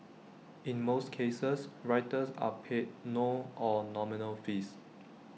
in most cases writers are paid no or nominal fees